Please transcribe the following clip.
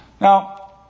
Now